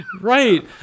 Right